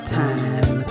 time